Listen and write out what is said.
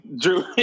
Drew